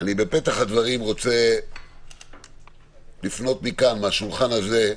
בפתח הדברים אני רוצה לפנות מכאן, מהשולחן הזה,